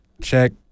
check